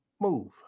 move